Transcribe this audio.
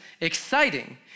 exciting